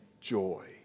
joy